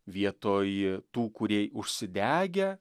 vietoj tų kurie užsidegę